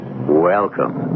Welcome